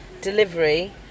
delivery